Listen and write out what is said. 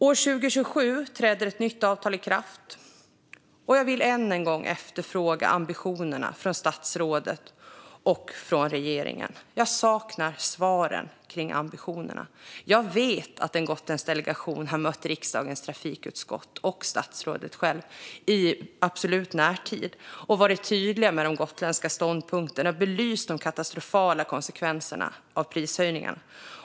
År 2027 träder ett nytt avtal i kraft, och jag vill än en gång efterfråga ambitionerna från statsrådet och regeringen. Jag saknar svaren om ambitionerna. Jag vet att en gotländsk delegation har mött riksdagens trafikutskott och statsrådet själv i absolut närtid. De har varit tydliga med de gotländska ståndpunkterna och belyst de katastrofala konsekvenserna av prishöjningarna.